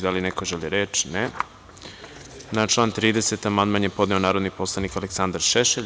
Da li neko želi reč? (Ne) Na član 30. amandman je podneo narodni poslanik Aleksandar Šešelj.